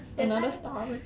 that time